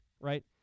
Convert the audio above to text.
Right